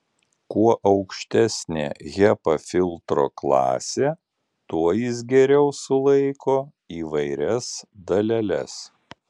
kuo aukštesnė hepa filtro klasė tuo jis geriau sulaiko įvairias daleles